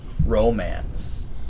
Romance